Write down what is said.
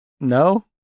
No